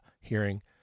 hearing